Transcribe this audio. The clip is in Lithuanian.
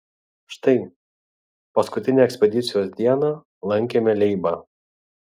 štai paskutinę ekspedicijos dieną lankėme leibą